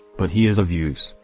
but he is of use,